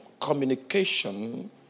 communication